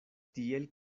tiel